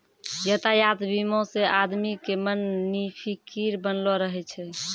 यातायात बीमा से आदमी के मन निफिकीर बनलो रहै छै